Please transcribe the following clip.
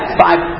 five